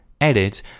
Edit